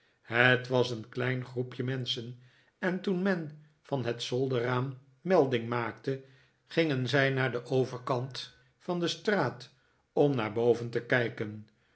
het was een klein groepje menschen en toen men van het zolderraam melding maakte gingen zij naar den overkant van de straat om naar boven te kijken